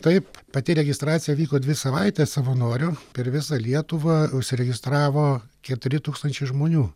taip pati registracija vyko dvi savaites savanorių per visą lietuvą užsiregistravo keturi tūkstančiai žmonių